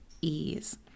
ease